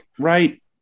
right